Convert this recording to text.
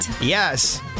Yes